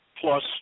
plus